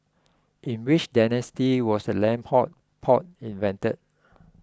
in which dynasty was the lamb hot pot invented